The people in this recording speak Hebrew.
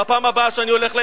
זה פשוט לא נכון.